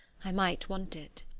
i might want it.